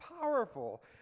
powerful